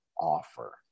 offer